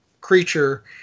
creature